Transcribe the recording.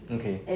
okay